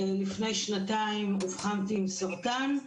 לפני שנתיים אובחנתי עם סרטן,